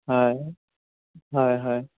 হয় হয় হয়